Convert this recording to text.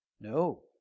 No